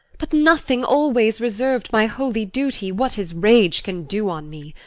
but nothing always reserv'd my holy duty what his rage can do on me.